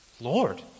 Lord